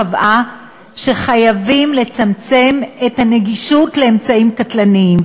היא קבעה שחייבים לצמצם את הנגישות של אמצעים קטלניים.